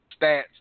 stats